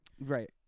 Right